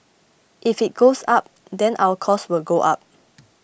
if it goes up then our cost will go up